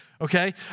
Okay